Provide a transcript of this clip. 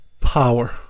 power